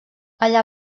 allà